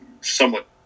somewhat